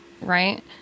right